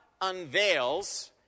unveils